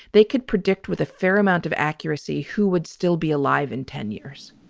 they could predict with a fair amount of accuracy who would still be alive in ten years.